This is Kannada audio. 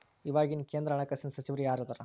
ಇವಾಗಿನ ಕೇಂದ್ರ ಹಣಕಾಸಿನ ಸಚಿವರು ಯಾರದರ